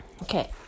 Okay